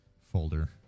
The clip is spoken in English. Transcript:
folder